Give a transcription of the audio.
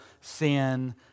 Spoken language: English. sin